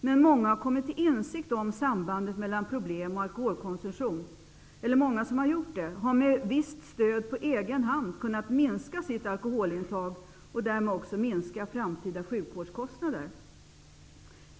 Men många som har kommit till insikt om sambandet mellan problem och alkoholkonsumtion har, med visst stöd, på egen hand kunnat minska sitt alkoholintag och därmed också minska framtida sjukvårdskostnader.